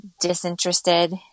disinterested